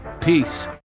Peace